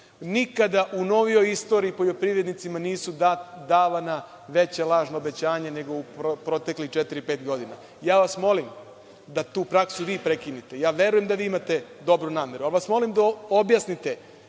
Nikada u novijoj istoriji poljoprivrednicima nisu davana veća lažna obećanja nego u proteklih četiri, pet godina. Molim vas da tu praksu vi prekinete. Verujem da vi imate dobru nameru, ali vas molim da objasnite